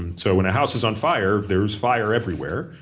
and so when a house is on fire, there's fire everywhere,